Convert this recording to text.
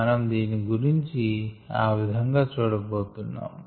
మనం దీని గురించి ఆ విధంగా చూడబోతున్నాం